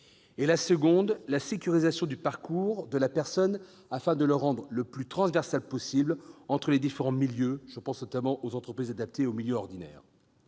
La seconde est la sécurisation du parcours de la personne, afin de le rendre le plus transversal possible entre les différents milieux- je pense notamment aux entreprises adaptées et au milieu ordinaire.